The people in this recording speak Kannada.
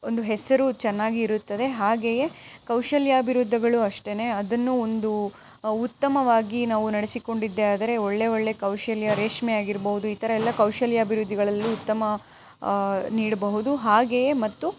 ಒಂದು ಹೆಸರು ಚೆನ್ನಾಗಿ ಇರುತ್ತದೆ ಹಾಗೆಯೇ ಕೌಶಲ್ಯ ಅಭಿವೃದ್ಧಿಗಳು ಅಷ್ಟೇನೆ ಅದನ್ನು ಒಂದು ಉತ್ತಮವಾಗಿ ನಾವು ನಡೆಸಿಕೊಂಡಿದ್ದೇ ಆದರೆ ಒಳ್ಳೆಯ ಒಳ್ಳೆಯ ಕೌಶಲ್ಯ ರೇಷ್ಮೆ ಆಗಿರ್ಬೋದು ಈ ಥರಯೆಲ್ಲ ಕೌಶಲ್ಯ ಅಭಿವೃದ್ಧಿಗಳಲ್ಲೂ ಉತ್ತಮ ನೀಡ್ಬೌದು ಹಾಗೆಯೇ ಮತ್ತು